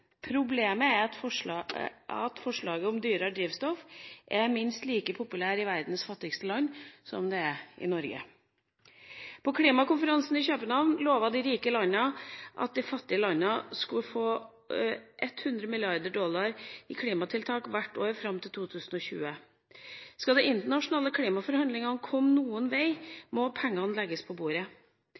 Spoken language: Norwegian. Problemet er at forslaget om dyrere drivstoff er minst like «populært» i verdens fattigste land som det er i Norge. På klimakonferansen i København lovet de rike landene at de fattige landene skulle få 100 mrd. dollar i klimatiltak hvert år fram til 2020. Skal de internasjonale klimaforhandlingene komme noen vei, må pengene legges på bordet.